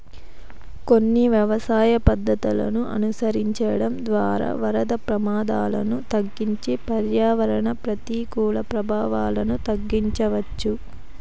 కొన్ని వ్యవసాయ పద్ధతులను అనుసరించడం ద్వారా వరద ప్రమాదాలను తగ్గించి పర్యావరణ ప్రతికూల ప్రభావాలను తగ్గించవచ్చు